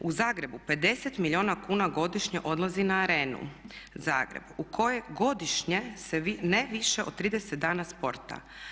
U Zagrebu 50 milijuna kuna godišnje odlazi na Arenu Zagreb u kojoj godišnje se ne više od 30 dana sporta.